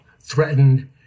threatened